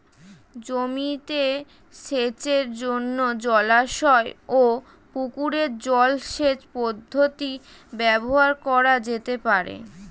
জমিতে সেচের জন্য জলাশয় ও পুকুরের জল সেচ পদ্ধতি ব্যবহার করা যেতে পারে?